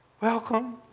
Welcome